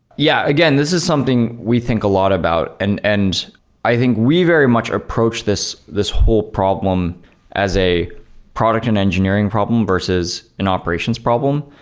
yeah. again, this is something we think a lot about. and i think we very much approach this this whole problem as a product and engineering problem, versus an operations problem.